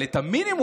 אבל את המינימום,